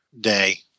Day